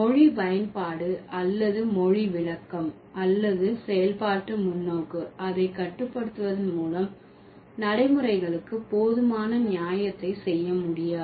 மொழி பயன்பாடு அல்லது மொழி விளக்கம் அல்லது செயல்பாட்டு முன்னோக்கு அதை கட்டுப்படுத்துவதன் மூலம் நடைமுறைகளுக்கு போதுமான நியாயத்தை செய்ய முடியாது